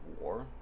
war